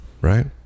right